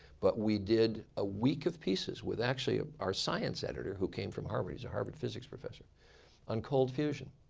but we did a week of pieces with actually our science editor who came from harvard he's a harvard physics professor on cold fusion.